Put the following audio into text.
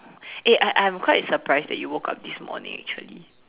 eh I I am quite surprised you woke up this morning actually